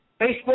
Facebook